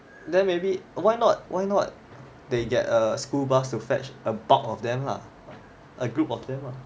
then maybe why not why not they get a school bus to fetch a bulk of them lah a group of them lah